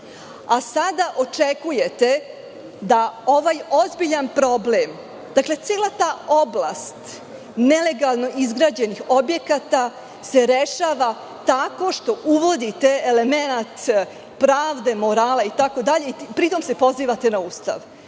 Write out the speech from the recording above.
Sada očekujete da se ovaj ozbiljan problem, cela ta oblast nelegalno izgrađenih objekata, rešava tako što uvodite elemenat pravde, morala itd, a pri tome se pozivate na Ustav.